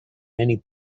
many